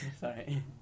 Sorry